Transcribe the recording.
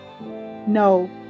No